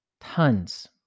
tons